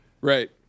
right